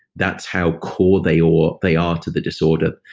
that's how core they are they are to the disorder.